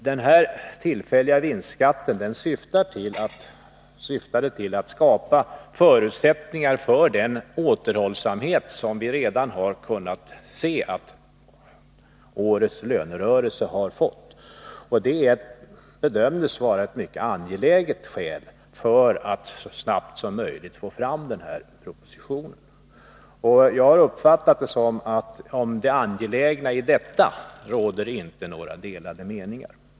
Den tillfälliga vinstskatten syftade till att skapa förutsättningar för den återhållsamhet som enligt vad vi redan har kunnat se har präglat årets lönerörelse. Det bedömdes vara ett mycket angeläget skäl för att så snabbt som möjligt få fram propositionen. Jag har uppfattat det så, att det inte råder några delade meningar om det angelägna i detta.